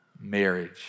Marriage